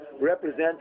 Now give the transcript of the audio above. represent